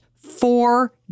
Four